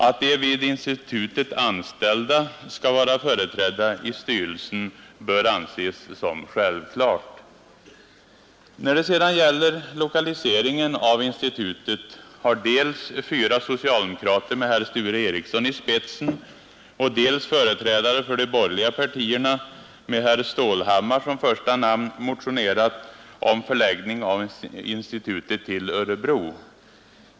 Att de vid institutet anställda skall vara företrädda i styrelsen bör anses som självklart. När det sedan gäller lokaliseringen av institutet har dels fyra socialdemokrater med herr Sture Ericsson i spetsen, dels företrädare för de borgerliga partierna med herr Stålhammar som första namn motionerat om förläggning av institutet till Örebro.